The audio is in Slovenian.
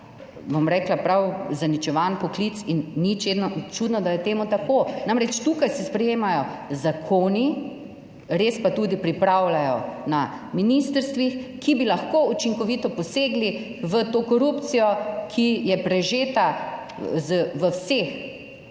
bom rekla, prav zaničevan poklic in ni čudno, da je temu tako. Namreč, tukaj se sprejemajo zakoni, res pa tudi pripravljajo na ministrstvih, ki bi lahko učinkovito posegli v to korupcijo, ki je prežeta v vseh